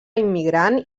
immigrant